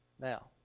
Now